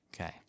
Okay